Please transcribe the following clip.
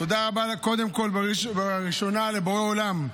תודה רבה, קודם כול, בראש ובראשונה, לבורא עולם: